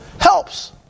Helps